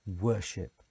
worship